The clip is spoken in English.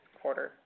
quarter